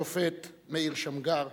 השופט מאיר שמגר,